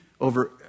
over